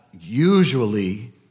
Usually